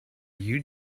you